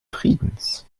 friedens